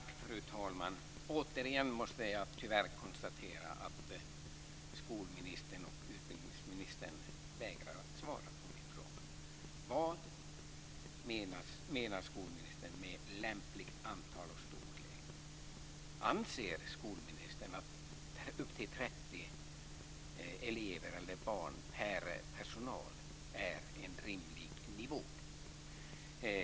Fru talman! Återigen måste jag tyvärr konstatera att skolministern och utbildningsministern vägrar att svara på min fråga. Vad menar skolministern med lämpligt antal och storlek? Anser skolministern att upp till 30 elever eller barn per anställd är en rimlig nivå?